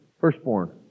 Firstborn